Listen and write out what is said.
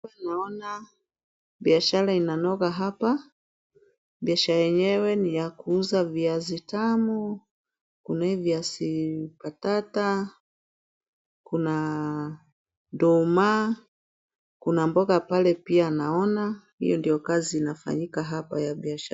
Tunaona biashara inanoga hapa , biashara yenyewe ni ya kuuza viazi tamu ,kuna hii viazi mbatata, kuna nduma, kuna mboga pale naona ,hiyo ndio kazi naona inafanyika ya biashara .